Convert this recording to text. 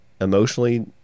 emotionally